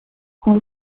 come